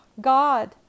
God